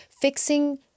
fixing